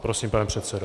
Prosím, pane předsedo.